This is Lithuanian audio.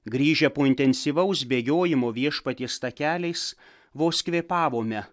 grįžę po intensyvaus bėgiojimo viešpaties takeliais vos kvėpavome